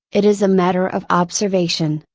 it is a matter of observation,